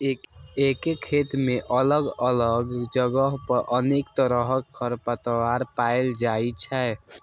एके खेत मे अलग अलग जगह पर अनेक तरहक खरपतवार पाएल जाइ छै